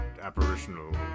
apparitional